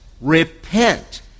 Repent